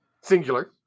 singular